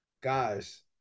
guys